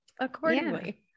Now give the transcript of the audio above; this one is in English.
accordingly